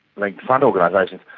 like front organisations,